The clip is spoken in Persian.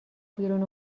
بیرون